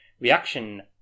Reaction